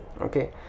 Okay